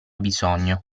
bisogno